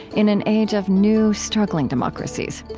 in an age of new, struggling democracies.